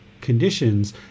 conditions